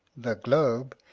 the globe,